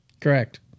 Correct